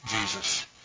Jesus